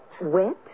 Wet